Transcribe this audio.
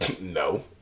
No